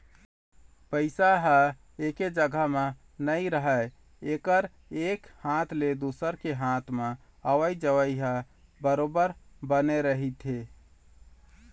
पइसा ह एके जघा म नइ राहय एकर एक हाथ ले दुसर के हात म अवई जवई ह बरोबर बने रहिथे